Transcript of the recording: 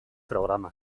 programa